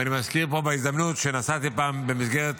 ואני מזכיר פה בהזדמנות זו שנסעתי פעם במסגרת